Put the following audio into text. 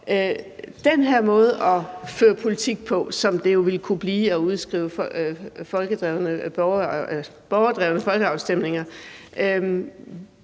den her måde at føre politik på, som det jo ville kunne blive at udskrive borgerdrevne folkeafstemninger,